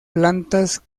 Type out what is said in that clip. plantas